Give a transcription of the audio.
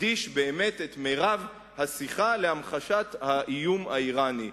הקדיש באמת את מירב השיחה להמחשת האיום האירני.